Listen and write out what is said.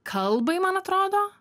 kalbai man atrodo